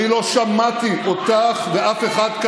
אף אחד,